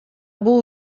бул